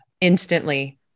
instantly